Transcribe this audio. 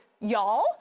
y'all